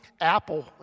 Apple